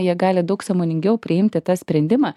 jie gali daug sąmoningiau priimti tą sprendimą